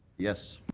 yes.